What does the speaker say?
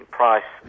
price